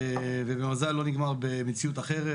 ובמזל לא נגמר במציאות אחרת.